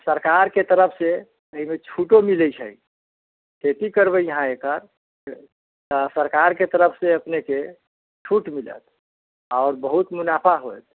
सरकारके तरफसँ एहिमे छूटो मिलैत छै खेती करबै अहाँ एकर तऽ सरकारके तरफसँ अपनेके छूट मिलत आओर बहुत मुनाफा होएत